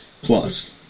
Plus